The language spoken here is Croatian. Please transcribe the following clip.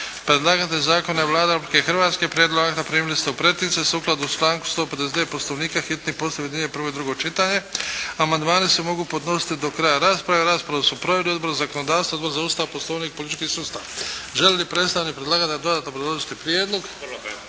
Predlagatelj zakona je Vlada Republike Hrvatske. Prijedlog akta primili ste u pretince. Sukladno članku 159. Poslovnika hitni postupak objedinjuje prvo i drugo čitanje. Amandmani se mogu podnositi do kraja rasprave. Raspravu su proveli Odbor za zakonodavstvo, Odbor za Ustav, Poslovnik i politički sustav. Želi li predstavnik predlagatelja dodatno obrazložiti prijedlog?